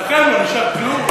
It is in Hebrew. לכם לא נשאר כלום.